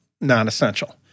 non-essential